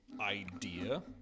idea